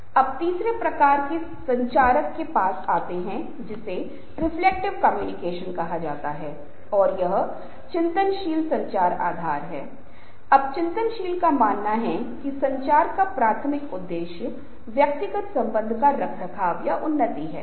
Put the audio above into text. यह कुछ इस तरह से नहीं है केवल इस तरह से बोलना जैसा कि मैंने पहले उल्लेख किया है कि इसकी प्रशंसा इस तरह से होनी चाहिए कि यह व्यक्ति को दूसरों के सामने शर्मिंदा न करे यह सामान्य तरीके से होना चाहिए यह रास्ता सहज होना चाहिए और वास्तव में इसका मतलब है कि संबंधित व्यक्ति को दी गई भावना होनी चाहिए